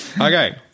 Okay